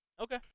Okay